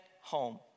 home